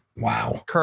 Wow